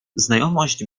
znajomość